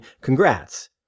congrats